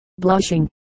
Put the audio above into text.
blushing